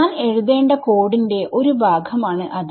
ഞാൻ എഴുതേണ്ട കോഡിന്റെ ഒരു ഭാഗമാണ് അത്